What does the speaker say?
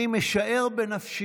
את עמדתו.